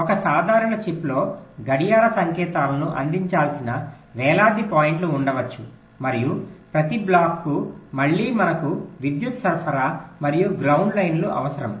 ఒక సాధారణ చిప్లో గడియార సంకేతాలను అందించాల్సిన వేలాది పాయింట్లు ఉండవచ్చు మరియు ప్రతి బ్లాక్కు మళ్ళీ మనకు విద్యుత్ సరఫరా మరియు గ్రౌండ్ లైన్లు అవసరం